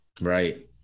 right